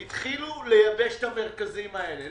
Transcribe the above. התחילו לייבש את המרכזים האלה.